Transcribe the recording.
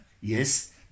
Yes